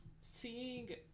seeing